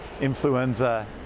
influenza